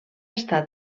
estar